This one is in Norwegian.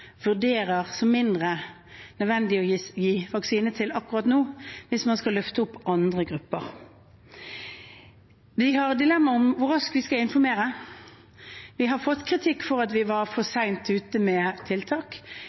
vurderer som mindre nødvendige å gi vaksine til akkurat nå – hvis man skal løfte opp andre grupper. Vi har dilemmaer om hvor raskt vi skal informere. Vi har fått kritikk for at vi var for sent ute med tiltak,